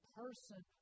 person